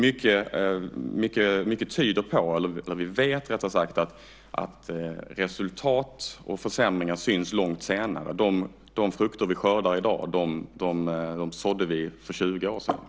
Mycket tyder på, eller vi vet rättare sagt, att resultat och försämringar syns långt senare. De frukter vi skördar i dag sådde vi för 20 år sedan.